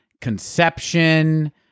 conception